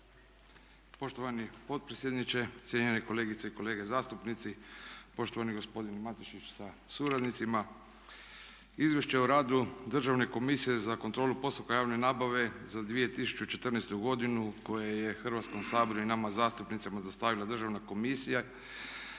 Poštovani potpredsjedniče, cijenjeni kolegice i kolege zastupnici, poštovani gospodine Matešić sa suradnicima. Izvješće o radu Državne komisije za kontrolu postupaka javne nabave za 2014. godinu koje je Hrvatskom saboru i nama zastupnicima dostavila Državna komisija